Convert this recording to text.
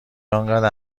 آنقدر